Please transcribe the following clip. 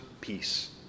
peace